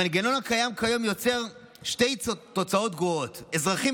המנגנון הקיים כיום יוצר שתי תוצאות גרועות: אזרחים